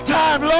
time